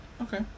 Okay